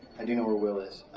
i do know where will is.